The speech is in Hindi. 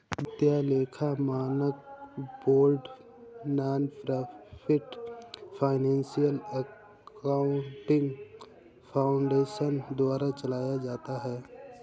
वित्तीय लेखा मानक board nonprofit financial accounting foundation द्वारा चलाया जाता है